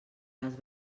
les